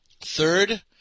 Third